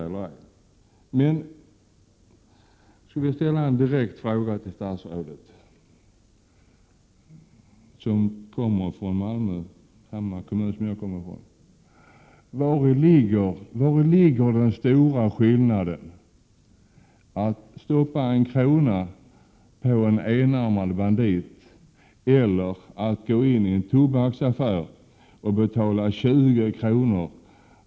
Jag skulle vilja ställa en direkt fråga till statsrådet, som kommer från samma kommun som jag: Vari ligger den stora skillnaden mellan att stoppa 1 kr. i en enarmad bandit eller att gå in i en tobaksaffär och betala 20 kr.